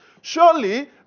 surely